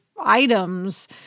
items